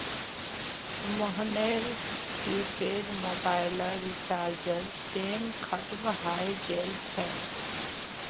मोहनेर prepaid mobile रीचार्जेर टेम खत्म हय गेल छे